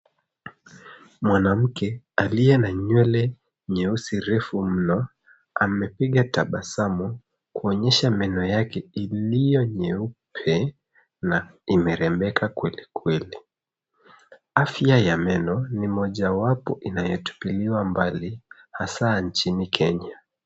Mwanamke aliye na nywele nyeusi refu mno, amepiga tabasamu kuonyesha meno yake iliyo nyeupe na imerembeka kwelikweli. Afya ya meno ni mojawapo inayotupiliwa mbali, hasa nchini Kenya.